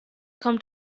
kommt